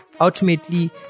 Ultimately